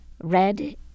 red